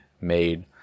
made